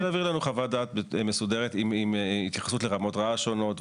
תוכלי להעביר לנו חוות דעת מסודרת עם התייחסות לרמות רעש שונות?